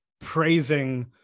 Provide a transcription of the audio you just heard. praising